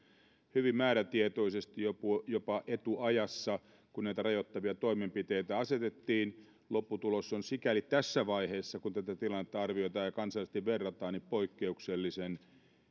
hyvin määrätietoisesti jopa etuajassa kun näitä rajoittavia toimenpiteitä asetettiin lopputulos on sikäli tässä vaiheessa kun tätä tilannetta arvioidaan ja kansainvälisesti verrataan poikkeuksellisen